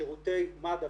שירותי מד"א.